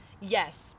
Yes